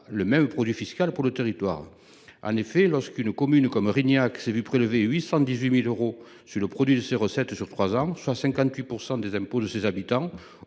le même produit fiscal pour leur territoire. Ainsi, une commune comme Rignac s’est vu prélever 818 000 euros sur le produit de ses recettes foncières en trois ans, soit 58 % des impôts de ses habitants